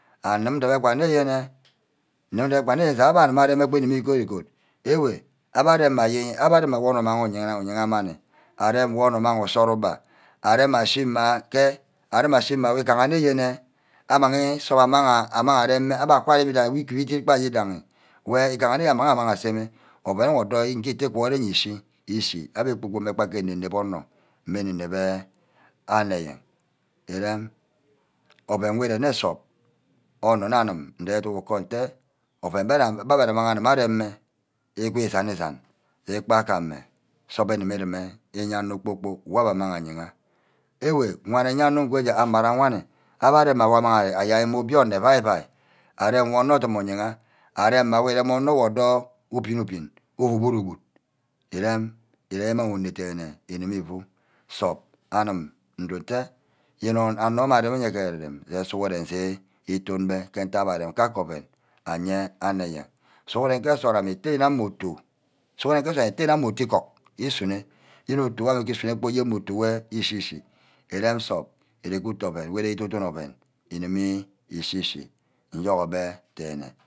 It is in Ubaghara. Anim ngwa debe nneyene. debe nne-yene sai abbe aremime egud-egud ewe. abbe arem. abbe remma wonu umang uyera manni. arem ashi-mma nne yene ke amang nsup amang reme. abba ka rem owidaha wor igerege gba owidaha. wor igaha nne amang amang aseme oven wor ordor ike worhore ishi eshi abba kpor-kpork mme gba ke ene-nep onor mme ene-nep anor mme ene-nep anor ayen erem oven wor irene nsup onor nne anim nde iduck ukoh nte oven wor abe duma areme igwe san-isan sae ikpa ka ame sup du mu reme. iye onor kpor-kpork war abbe amang ayeh. ewe wan ayennu ammara waní abbe aremer wor amang aya obionor evai-vai arem wor odun iyaha. arem mme odor onor wor ubin-ubin uuu gbod-ubod erem. îmang une dene nnifu sup anim ndo-atte yene anor gbe areme ke are-rem sughuren je ítone-beh mme ntack abbe arem kake oven aye anor eyen. sughuren ke nsort amme utte igam utu. sughuren ítte ke nsorog amme utte yene amme utu igug usune. yene otu wer ishi-shi. irem nsup íre utu oven wor ire ke ídon-dono oven înîme ishi-shi nyourgobe dene